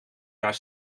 jaar